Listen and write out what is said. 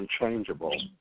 unchangeable